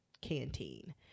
canteen